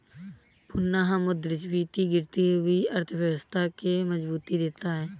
पुनःमुद्रस्फीति गिरती हुई अर्थव्यवस्था के मजबूती देता है